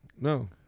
No